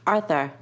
Arthur